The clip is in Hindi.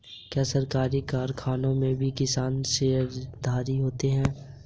क्या सरकारी कारखानों में भी किसान शेयरधारी होते हैं?